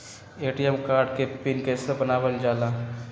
ATM card के PIN कैसे बनावल जाला?